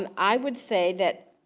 and i would say that